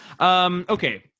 Okay